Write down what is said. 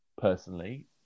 personally